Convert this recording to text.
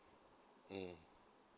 mm